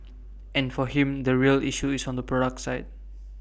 and for him the real issue is on the product side